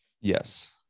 Yes